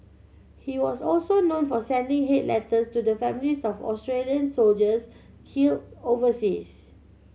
he was also known for sending hate letters to the families of Australian soldiers killed overseas